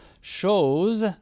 shows